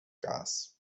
gas